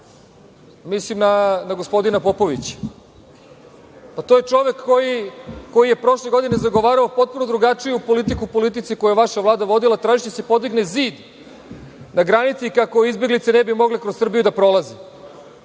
mislim na gospodina Popovića. To je čovek koji je prošle godine zagovarao potpuno drugačiju politiku, politici koju je vaša Vlada vodila, tražeći da se podigne zid na granici kako izbeglice kroz Srbiju ne bi